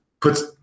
puts